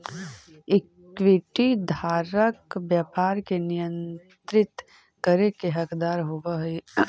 equity धारक व्यापार के नियंत्रित करे के हकदार होवऽ हइ